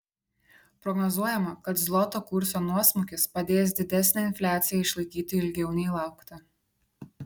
prognozuojama kad zloto kurso nuosmukis padės didesnę infliaciją išlaikyti ilgiau nei laukta